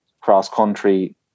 cross-country